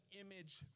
image